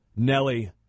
Nelly